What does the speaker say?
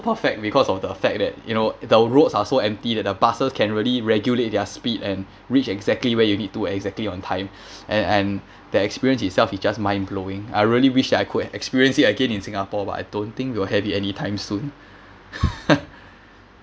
perfect because of the fact that you know the roads are so empty that the buses can really regulate their speed and reach exactly where you need to exactly on time and and the experience itself is just mind blowing I really wish that I could experience it again in singapore but I don't think we we'll have it anytime soon